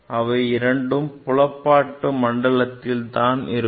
இவை இரண்டும் புலப்பாட்டு மண்டலத்தில் இருக்கும்